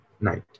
night